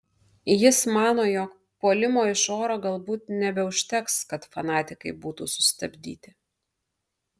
jis mano jog puolimo iš oro galbūt nebeužteks kad fanatikai būtų sustabdyti